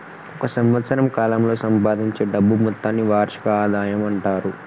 ఒక సంవత్సరం కాలంలో సంపాదించే డబ్బు మొత్తాన్ని వార్షిక ఆదాయం అంటారు